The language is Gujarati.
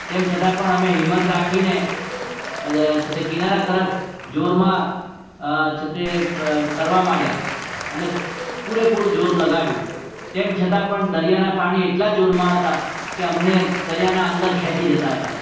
તેમ છતાં પણ અમે હિંમત રાખીને છે તે કિનારા તરફ જોરમાં છે તે તરવા માંડ્યા અને પૂરેપૂરું જોર લગાડ્યું તેમ છતાં પણ દરિયાનાં પાણી એટલાં જોરમાં હતાં કે અમને દરિયાનાં અંદર ખેંચી જતાં હતાં